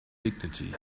dignity